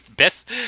Best